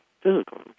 physical